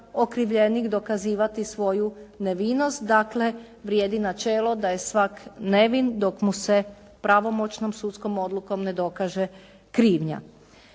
okrivljenik dokazivati svoju nevinost, dakle vrijedi načelo da je svak nevin dok mu se pravomoćnom sudskom odlukom ne dokaže krivnja.